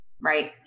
Right